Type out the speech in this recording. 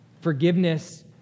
Forgiveness